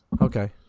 okay